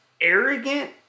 arrogant